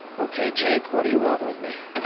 okay, jake. what do you want with me?